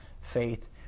faith